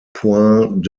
point